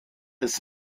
des